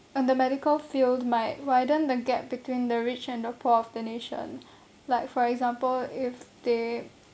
and the medical field might widen the gap between the rich and the poor of the nation like for example if they